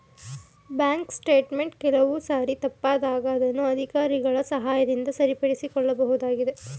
bank statement ಕೆಲವು ಸಾರಿ ತಪ್ಪಾದಾಗ ಅದನ್ನು ಅಧಿಕಾರಿಗಳ ಸಹಾಯದಿಂದ ಸರಿಪಡಿಸಿಕೊಳ್ಳಬಹುದು